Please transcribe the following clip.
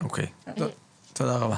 תודה רבה.